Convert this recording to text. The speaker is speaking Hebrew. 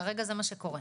כרגע זה מה שקורה.